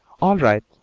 all right,